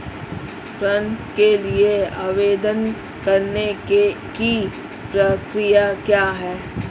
ऋण के लिए आवेदन करने की प्रक्रिया क्या है?